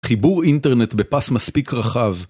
חיבור אינטרנט בפס מספיק רחב